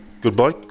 Goodbye